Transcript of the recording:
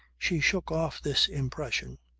she shook off this impression,